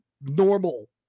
normal